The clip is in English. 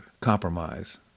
compromise